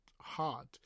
hard